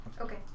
Okay